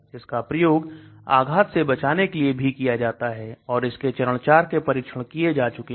इसका प्रयोग आघात से बचाने के लिए भी किया जाता है और इसके चरण 4 के परीक्षण किए जा चुके हैं